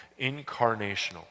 incarnational